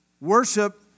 Worship